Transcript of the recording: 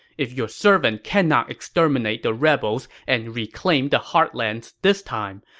if your servant cannot exterminate the rebels and reclaim the heartlands this time,